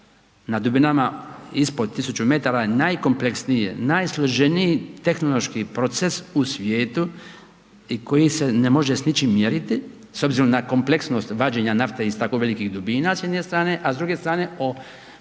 na dubinama ispod tisuću metara je najkompleksniji, najsloženiji tehnološki proces u svijetu i koji se ne može s ničim mjeriti s obzirom na kompleksnost vađenja nafte iz tako velikih dubina s jedne strane, a s druge strane o